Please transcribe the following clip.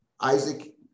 Isaac